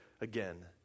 again